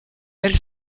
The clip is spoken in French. elle